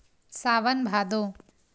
सावन भादो